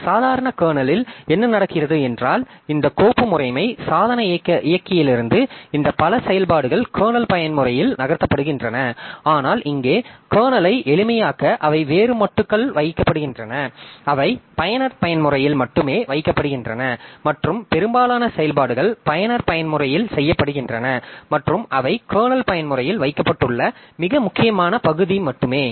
ஒரு சாதாரண கர்னலில் என்ன நடக்கிறது என்றால் இந்த கோப்பு முறைமை சாதன இயக்கிலிருந்து இந்த பல செயல்பாடுகள் கர்னல் பயன்முறையில் நகர்த்தப்படுகின்றன ஆனால் இங்கே கர்னலை எளிமையாக்க அவை வேறு மட்டுக்குள் வைக்கப்படுகின்றன அவை பயனர் பயன்முறையில் மட்டுமே வைக்கப்படுகின்றன மற்றும் பெரும்பாலான செயல்பாடுகள் பயனர் பயன்முறையில் செய்யப்படுகின்றன மற்றும் அவை கர்னல் பயன்முறையில் வைக்கப்பட்டுள்ள மிக முக்கியமான பகுதி மட்டுமே